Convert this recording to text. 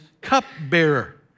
cupbearer